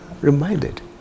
reminded